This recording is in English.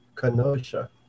Kenosha